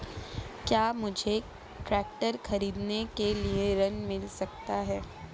क्या मुझे ट्रैक्टर खरीदने के लिए ऋण मिल सकता है?